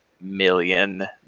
million